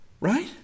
Right